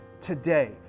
today